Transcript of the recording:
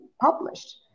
published